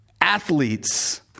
athletes